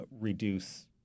reduce